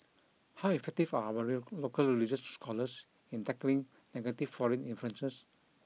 how effective are our local religious scholars in tackling negative foreign influences